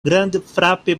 grandfrape